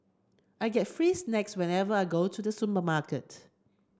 I get free snacks whenever I go to the supermarket